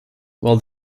while